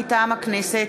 מטעם הכנסת: